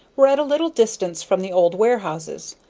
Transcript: were at a little distance from the old warehouses,